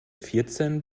vierzehn